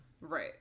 right